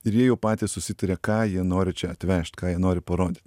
ir jie jau patys susitaria ką jie nori čia atvežt ką jie nori parodyt